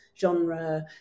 genre